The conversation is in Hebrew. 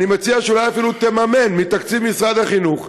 אני מציע שאולי אפילו תממן מתקציב משרד החינוך,